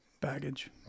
baggage